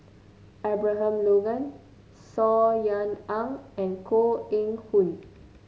Abraham Logan Saw Ean Ang and Koh Eng Hoon